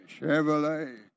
Chevrolet